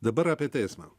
dabar apie teismą